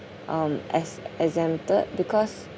um as exempted because